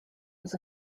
was